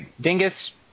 Dingus